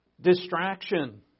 Distraction